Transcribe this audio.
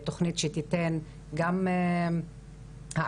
תוכנית שתיתן גם העצמה,